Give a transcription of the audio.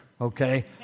okay